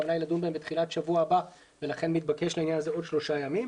הכוונה היא לדון בהם בתחילת שבוע הבא לכן מתבקש לעניין הזה עוד 3 ימים.